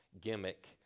gimmick